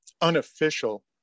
unofficial